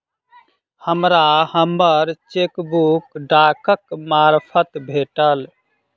हमरा हम्मर चेकबुक डाकक मार्फत भेटल